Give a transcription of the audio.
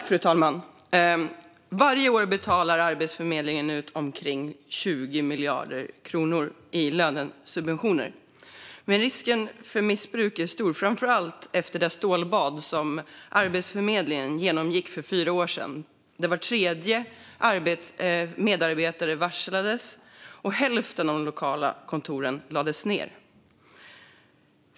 Fru talman! Varje år betalar Arbetsförmedlingen ut omkring 20 miljarder kronor i lönesubventioner. Men risken för missbruk är stor, framför allt efter det stålbad som Arbetsförmedlingen genomgick för fyra år sedan, där var tredje medarbetare varslades och hälften av de lokala kontoren lades ned.